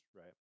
right